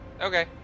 Okay